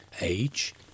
age